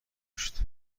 کشت